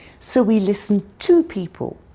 so we listen to people,